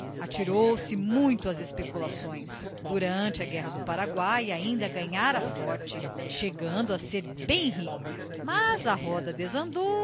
atirou-se muito às especulações durante a guerra do paraguai ainda ganhara forte chegando a ser bem rico mas a roda desandou